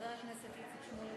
חבר הכנסת איציק שמולי,